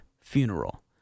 funeral